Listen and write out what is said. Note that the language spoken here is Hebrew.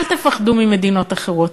אל תפחדו ממדינות אחרות,